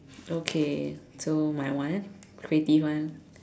okay so my one creative one